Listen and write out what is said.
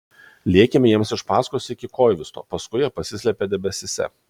lėkėme jiems iš paskos iki koivisto paskui jie pasislėpė debesyse